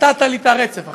קטעת לי את הרצף עכשיו.